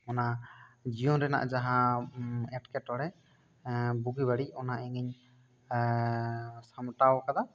ᱚᱱᱟ ᱡᱤᱭᱚᱱ ᱨᱮᱱᱟᱜ ᱡᱟᱦᱟᱸ ᱮᱴᱠᱮᱴᱚᱬᱮ ᱮ ᱵᱩᱜᱤ ᱵᱟᱹᱲᱤᱡ ᱚᱱᱟ ᱤᱧᱤᱧ ᱥᱟᱢᱴᱟᱣ ᱟᱠᱟᱫᱟ